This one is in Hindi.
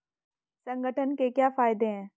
संगठन के क्या फायदें हैं?